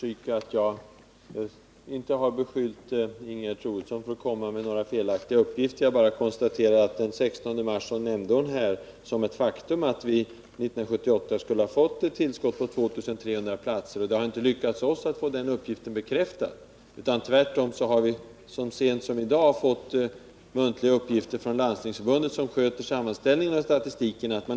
Herr talman! Jag vill understryka att jag inte har beskyllt Ingegerd Troedsson för att komma med några felaktiga uppgifter, utan har bara konstaterat att hon den 16 mars som ett faktum nämnde att vi under 1978 skulle ha fått ett tillskott på 2 300 platser. Den uppgiften har vi emellertid inte lyckats få bekräftad. Vi har så sent som i dag fått muntliga uppgifter från Landstingsförbundet, som sköter sammanställningen av statistiken.